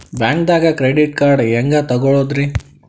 ಬ್ಯಾಂಕ್ದಾಗ credit card ಹೆಂಗ್ ತಗೊಳದ್ರಿ?